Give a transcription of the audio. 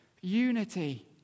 unity